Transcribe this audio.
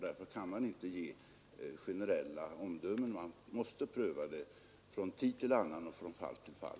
Därför kan man inte göra generella omdömen, utan man måste pröva saken från tid till annan och från fall till fall.